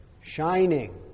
shining